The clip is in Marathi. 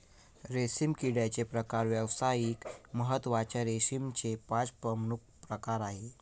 रेशीम किड्याचे प्रकार व्यावसायिक महत्त्वाच्या रेशीमचे पाच प्रमुख प्रकार आहेत